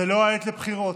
זו לא העת לבחירות.